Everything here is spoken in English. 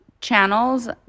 channels